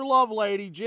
Lovelady